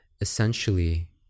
essentially